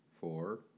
four